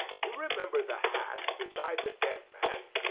you remember the hat beside the dead man?